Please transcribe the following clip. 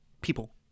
people